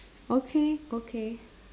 okay okay